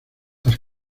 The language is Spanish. las